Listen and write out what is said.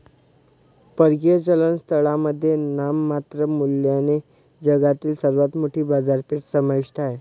परकीय चलन स्थळांमध्ये नाममात्र मूल्याने जगातील सर्वात मोठी बाजारपेठ समाविष्ट आहे